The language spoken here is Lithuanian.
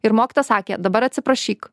ir mokytoja sakė dabar atsiprašyk